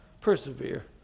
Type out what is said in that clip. Persevere